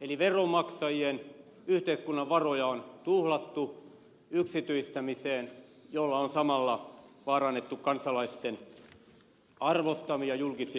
eli veronmaksajien yhteiskunnan varoja on tuhlattu yksityistämiseen jolla on samalla vaarannettu kansalaisten arvostamia julkisia palveluja